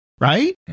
Right